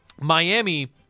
Miami